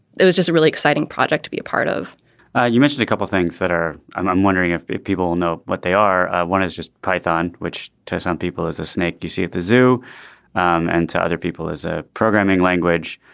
it was just a really exciting project to be a part of you mentioned a couple of things that are i'm i'm wondering if people will know what they are. one is just python, which to some people is a snake you see at the zoo and to other people as a programming language.